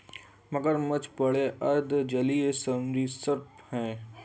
मगरमच्छ बड़े अर्ध जलीय सरीसृप हैं